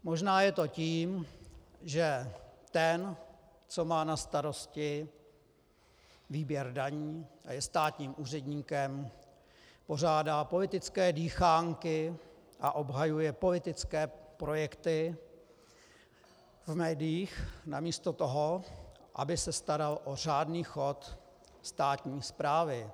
Možná je to tím, že ten, kdo má na starosti výběr daní a je státním úředníkem, pořádá politické dýchánky a obhajuje politické projekty v médiích namísto toho, aby se staral o řádný chod státní správy.